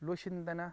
ꯂꯣꯏꯁꯤꯟꯗꯅ